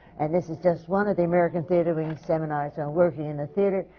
and this is just one of the american theatre wing seminars on working in the theatre,